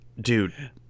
Dude